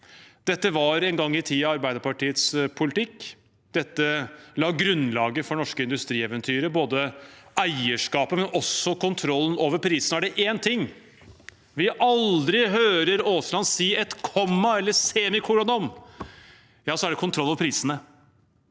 Dette var en gang i tiden Arbeiderpartiets politikk. Dette la grunnlaget for det norske industrieventyret, både eierskapet og kontrollen over prisene. Er det én ting vi aldri hører Aasland si et komma eller semikolon om, så er det kontroll over prisene.